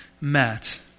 met